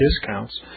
discounts